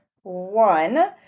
one